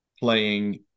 playing